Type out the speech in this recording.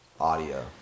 audio